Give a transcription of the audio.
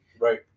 Right